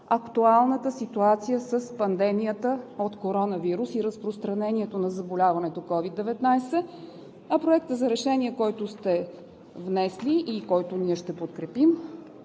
актуалната ситуация с пандемията от коронавирус и разпространението на заболяването COVID-19. А Проектът за решение, който сте внесли и който ние ще подкрепим,